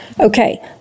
Okay